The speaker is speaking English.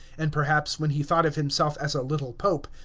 and perhaps, when he thought of himself as a little pope,